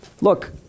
look